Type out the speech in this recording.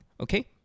okay